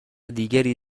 دیگری